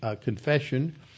confession